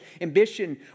ambition